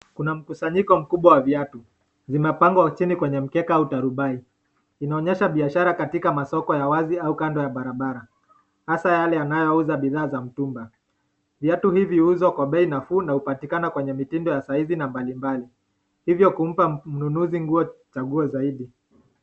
Kuna mkusanyiko mkubwa wa viatu. Zimepangwa chini kwenye mkeka au tarubai. Inaonyesha biashara katika masoko ya wazi au kando ya barabara hasa yale yanayouza bidhaa ya mitumba. Viatu hivi huuzwa kwa bei nafuu na hupatikana kwenye mitindo ya saa hizi na mbali mbali hivo kumpa mnunuzu nguo, chaguo zaidi.